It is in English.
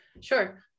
Sure